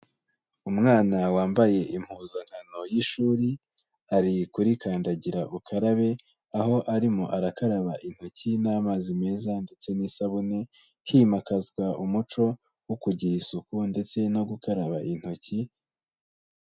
Umwana wambaye impuzankano y'ishuri, ari kuri kandagira ukarabe aho arimo arakaraba intoki n'amazi meza ndetse n'isabune, himakazwa umuco wo kugira isuku ndetse no gukaraba intoki.